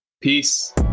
Peace